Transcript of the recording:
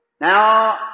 now